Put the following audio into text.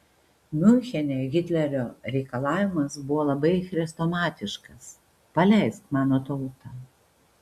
miunchene hitlerio reikalavimas buvo labai chrestomatiškas paleisk mano tautą